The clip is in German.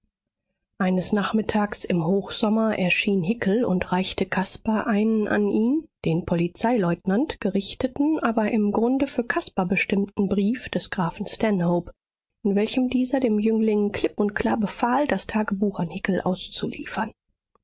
eines nachmittags im hochsommer erschien hickel und reichte caspar einen an ihn den polizeileutnant gerichteten aber im grunde für caspar bestimmten brief des grafen stanhope in welchem dieser dem jüngling klipp und klar befahl das tagebuch an hickel auszuliefern